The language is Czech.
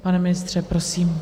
Pane ministře, prosím.